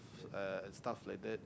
and stuff like that